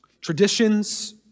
Traditions